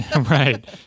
Right